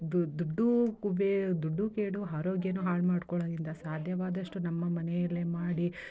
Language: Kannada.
ದುಡ್ಡು ಕುಬೇ ದುಡ್ಡು ಕೇಡು ಆರೋಗ್ಯವೂ ಹಾಳು ಮಾಡ್ಕೊಳ್ಳೋದರಿಂದ ಸಾಧ್ಯವಾದಷ್ಟು ನಮ್ಮ ಮನೆಯಲ್ಲೇ ಮಾಡಿ